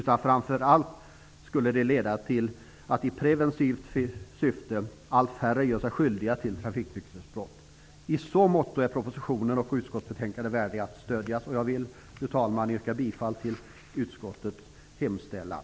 En sådan lagstiftning skulle framför allt vara preventiv och leda till att allt färre gör sig skyldiga till trafiknykterhetsbrott. I så måtto är propositionen och utskottsbetänkandet värda att stödjas, och jag vill, fru talman, yrka bifall till utskottets hemställan.